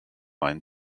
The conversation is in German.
einen